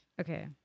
Okay